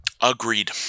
Agreed